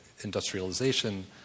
industrialization